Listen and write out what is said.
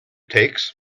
takes